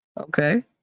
Okay